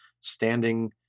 standing